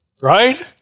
right